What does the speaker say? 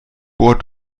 bor